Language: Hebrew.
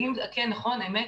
נכון, אמת,